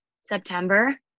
September